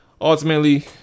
ultimately